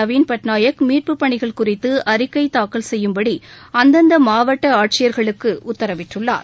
நவீன் பட்நாயக் மீட்புப் பணிகள் குறித்து அறிக்கை தாக்கல் செய்யும்படி அந்தந்த மாவட்ட ஆட்சியர்களுக்கு உத்தரவிட்டுள்ளார்